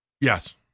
Yes